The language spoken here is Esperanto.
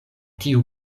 tiu